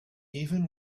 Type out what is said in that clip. even